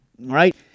right